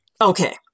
Okay